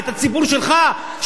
את הציבור שלך,